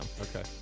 Okay